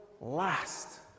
last